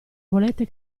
volete